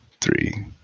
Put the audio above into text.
three